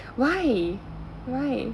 why why